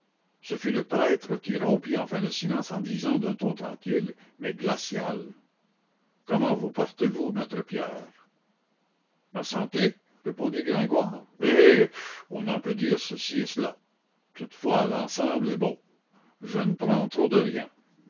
ce fut le prêtre qui rompit enfin le silence en disant d'un ton tranquille mais glacial comment vous portez-vous maître pierre ma santé répondit gringoire hé hé on en peut dire ceci et cela toutefois l'ensemble est bon je ne prends trop de rien